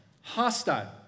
hostile